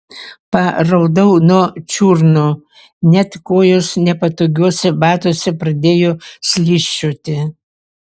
paraudau nuo čiurnų net kojos nepatogiuose batuose pradėjo slysčioti